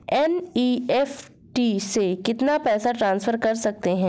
NEFT से कितना पैसा ट्रांसफर कर सकते हैं?